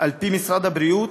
על פי משרד הבריאות,